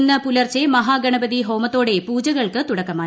ഇന്ന് പുലർച്ചെ മഹാഗണപതിഹോമത്തോടെ പൂജകൾക്ക് തുടക്കമായി